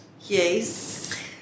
Yes